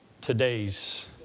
Today's